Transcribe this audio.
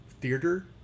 theater